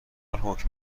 حکم